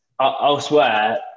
elsewhere